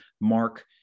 Mark